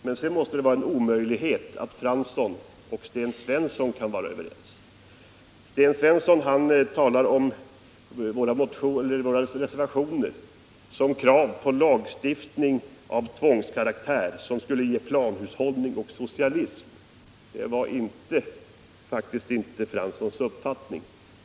Men sedan måste det vara en omöjlighet för Arne Fransson och Sten Svensson att vara överens, eftersom Sten Svensson talar om kraven i våra reservationer såsom krav på lagstiftning av tvångskaraktär som skulle leda till planhushållning och socialism. Detta var faktiskt inte Arne Franssons uppfattning.